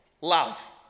Love